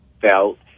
felt